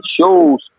shows